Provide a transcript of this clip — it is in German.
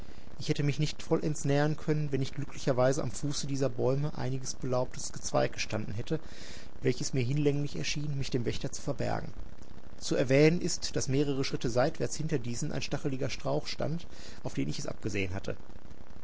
ich hätte mich nicht vollends nähern können wenn nicht glücklicherweise am fuße dieser bäume einiges belaubte gezweig gestanden hätte welches mir hinlänglich erschien mich dem wächter zu verbergen zu erwähnen ist daß mehrere schritte seitwärts hinter diesem ein stacheliger strauch stand auf den ich es abgesehen hatte